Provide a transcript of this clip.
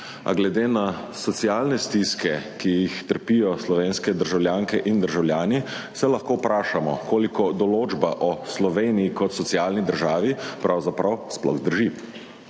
A glede na socialne stiske, ki jih trpijo slovenske državljanke in državljani, se lahko vprašamo, koliko določba o Sloveniji kot socialni državi pravzaprav sploh drži.